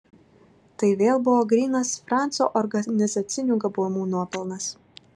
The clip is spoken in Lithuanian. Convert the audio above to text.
tai vėl buvo grynas franco organizacinių gabumų nuopelnas